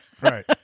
Right